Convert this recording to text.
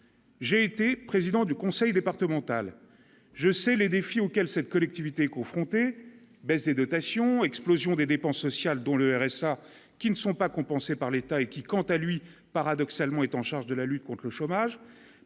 j'ai été président du conseil départemental, je sais les défis auxquels cette collectivité confronté baisse des dotations, explosion des dépenses sociales dont le RSA qui ne sont pas compensés par l'État et qui, quant à lui, paradoxalement, est en charge de la lutte contre le chômage,